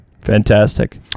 Fantastic